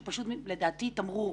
לדעתי הוא תמרור.